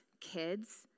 kids